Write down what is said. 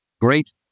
great